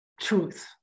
truth